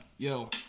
Yo